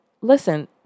listen